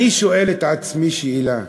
אני שואל את עצמי שאלה: